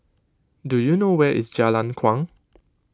do you know where is Jalan Kuang